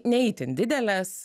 ne itin didelės